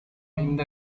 இந்த